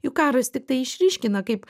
juk karas tiktai išryškina kaip